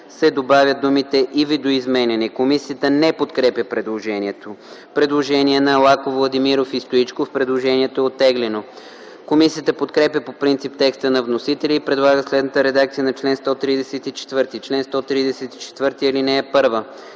се добавят думите „и видоизменяне”.” Комисията не подкрепя предложението. Предложение на Лаков, Владимиров и Стоичков. Предложението е оттеглено. Комисията подкрепя по принцип текста на вносителя и предлага следната редакция на чл. 134: „Чл. 134. (1) Лицата